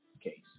case